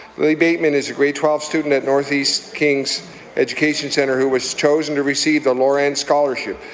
lily bateman is a grade twelve student at northeast kings education centre who was chosen to receive the loran scholarship.